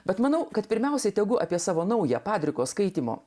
bet manau kad pirmiausiai tegul apie savo naują padriko skaitymo